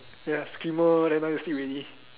ya screamo then no need to sleep already